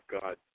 God